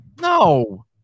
No